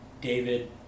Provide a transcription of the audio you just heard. David